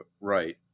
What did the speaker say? Right